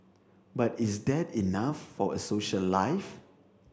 but is that enough for a social life